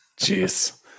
Jeez